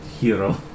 hero